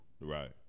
Right